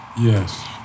Yes